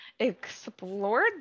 explored